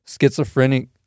schizophrenic